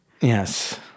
Yes